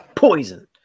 poison